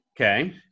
Okay